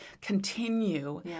continue